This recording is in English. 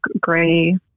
gray